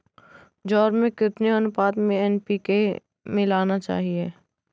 ज्वार में कितनी अनुपात में एन.पी.के मिलाना चाहिए?